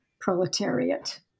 proletariat